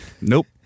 Nope